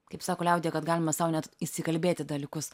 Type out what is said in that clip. kaip sako liaudyje kad galima sau net įsikalbėti dalykus